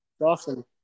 Awesome